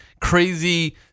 crazy